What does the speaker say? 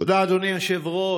תודה, אדוני היושב-ראש.